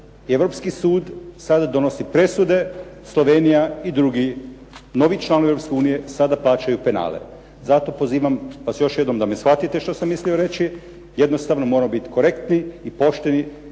Europski sud sada donosi presude, Slovenija i novi članovi Europske unije sada plaćaju penale. Zato pozivam da me još jednom shvatite što sam mislio reći. Jednostavno moramo biti korektni i pošteni.